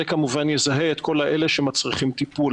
זה כמובן יזהה את כל אלה שמצריכים טיפול.